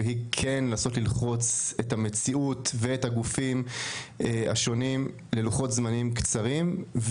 והיא כן ללחוץ את המציאות ואת הגופים השונים ללוחות זמנים קצרים.